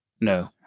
No